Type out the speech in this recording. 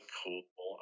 cool